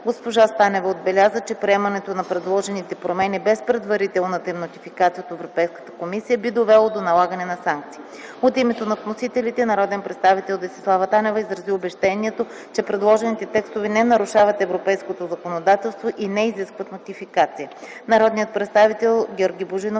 Госпожа Станева отбеляза, че приемането на предложените промени без предварителната им нотификация от Европейската комисия би довело до налагане на санкции. От името на вносителите, народният представител Десислава Танева изрази убеждението, че предложените текстове не нарушават европейското законодателство и не изискват нотификация.